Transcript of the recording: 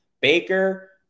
Baker